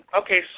Okay